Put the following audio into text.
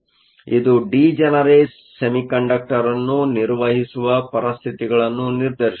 ಆದ್ದರಿಂದ ಇದು degenerate semiconductor ಅನ್ನು ನಿರ್ವಹಿಸುವ ಪರಿಸ್ಥಿತಿಗಳನ್ನು ನಿರ್ಧರಿಸುತ್ತದೆ